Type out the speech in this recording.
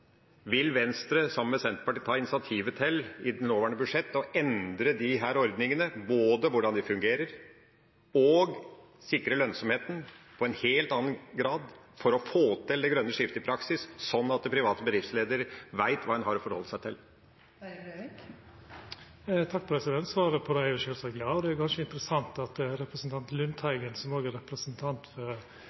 Vil Venstre, sammen med Senterpartiet, ta initiativ til, i det kommende budsjettet, å endre disse ordningene, både når det gjelder hvordan de fungerer, og når det gjelder å sikre lønnsomheten i en helt annen grad, for å få til det grønne skiftet i praksis, sånn at private bedriftsledere vet hva de har å forholde seg til? Svaret på det er sjølvsagt ja, og det er ganske interessant at det er representanten Lundteigen – som òg er representant